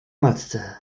matce